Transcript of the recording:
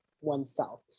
oneself